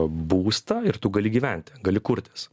būstą ir tu gali gyventi gali kurtis